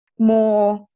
more